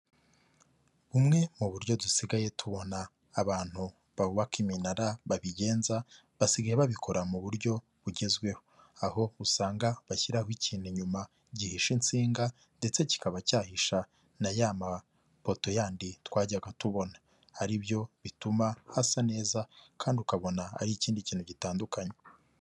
Bumwe mu buryo dusigaye tubona abantu bubaka iminara babigenza, basigaye babikora mu buryo bugezweho, aho usanga bashyiraho ikintu nyuma gihishe insinga ndetse kikaba cyahisha na ya mapoto yandi twajyaga tubona ari byo bituma hasa neza kandi ukabona ari ikindi kintu gitandukanye.